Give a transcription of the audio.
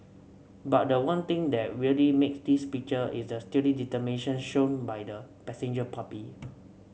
but the one thing that really makes this picture is the steely determination shown by the passenger puppy